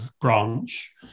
branch